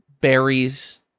berries